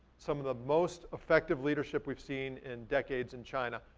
some of the most effective leadership we've seen in decades in china,